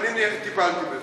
אני טיפלתי בזה,